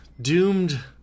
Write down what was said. doomed